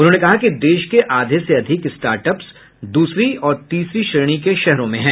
उन्होंने कहा कि देश के आधे से अधिक स्टार्टअप्स दूसरी और तीसरे श्रेणी के शहरों में हैं